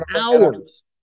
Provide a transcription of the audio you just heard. hours